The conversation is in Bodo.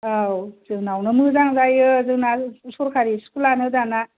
औ जोंनावनो मोजां जायो जोंना सरखारि स्कुल आनो दाना